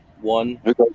One